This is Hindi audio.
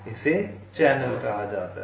इसे चैनल कहा जाता है